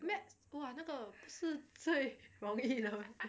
maths !wah! 那个是最容易的